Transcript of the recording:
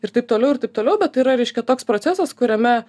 ir taip toliau ir taip toliau bet tai yra reiškia toks procesas kuriame